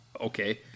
Okay